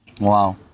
Wow